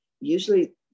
usually